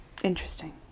Interesting